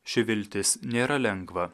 ši viltis nėra lengva